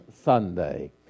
Sunday